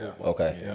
Okay